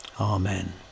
Amen